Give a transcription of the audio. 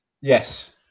Yes